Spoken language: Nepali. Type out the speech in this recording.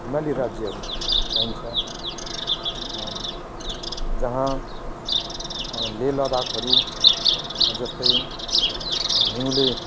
हिमाली राज्यहरू पाइन्छ जहाँ लेह लद्दाखहरू जस्तै हिउँले